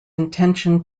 intention